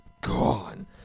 gone